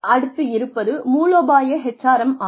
அடுத்து இருப்பது மூலோபாய HRM ஆகும்